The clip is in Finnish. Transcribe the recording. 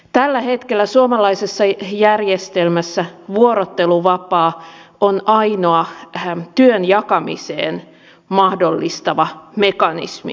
tällä hetkellä suomalaisessa järjestelmässä vuorotteluvapaa on ainoa työn jakamisen mahdollistava mekanismi